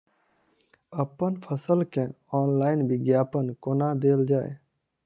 अप्पन फसल केँ ऑनलाइन विज्ञापन कोना देल जाए?